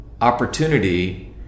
opportunity